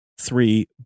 three